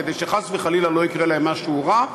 כדי שחס וחלילה לא יקרה להן משהו רע,